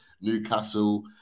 Newcastle